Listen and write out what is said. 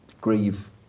grieve